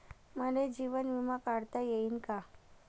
मले जीवन बिमा काढता येईन का?